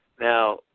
Now